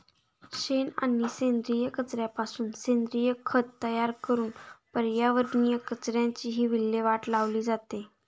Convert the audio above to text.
शेण आणि सेंद्रिय कचऱ्यापासून सेंद्रिय खत तयार करून पर्यावरणीय कचऱ्याचीही विल्हेवाट लावली जाते